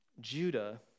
Judah